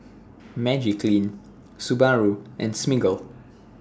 Magiclean Subaru and Smiggle